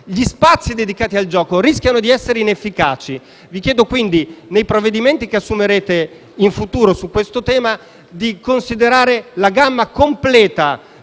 gli spazi dedicati al gioco, rischiano di essere inefficaci. Vi chiedo quindi, nei provvedimenti che assumerete in futuro su questo tema, di considerare la gamma completa